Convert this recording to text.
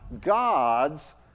God's